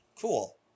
Cool